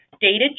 dated